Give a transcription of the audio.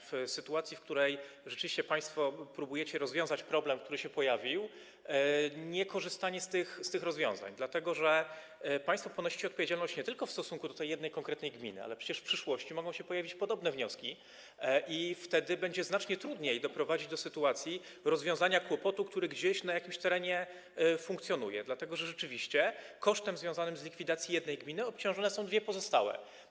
W sytuacji, w której rzeczywiście państwo próbujecie rozwiązać problem, który się pojawił, wydaje się zupełnie nielogiczne niekorzystanie z tych rozwiązań, dlatego że państwo ponosicie odpowiedzialność nie tylko w stosunku do tej jednej konkretnej gminy - przecież w przyszłości mogą pojawić się podobne wnioski i wtedy będzie znacznie trudniej doprowadzić do rozwiązania kłopotu, który gdzieś, na jakimś terenie, funkcjonuje, dlatego że rzeczywiście kosztem związanym z likwidacją jednej gminy obciążone są dwie pozostałe.